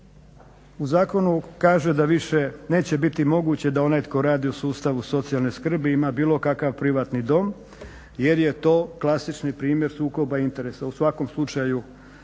U zakonu kaže da više neće biti moguće da onaj tko radi u sustavu socijalne skrbi ima bilo kakav privatni dom jer je to klasični primjer sukoba interesa. U svakom slučaju